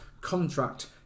contract